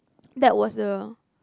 that was the